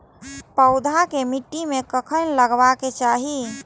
पौधा के मिट्टी में कखेन लगबाके चाहि?